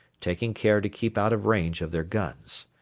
taking care to keep out of range of their guns.